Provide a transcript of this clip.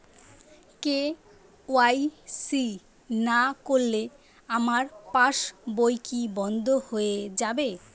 KYC না করলে আমার পাশ বই কি বন্ধ হয়ে যাবে?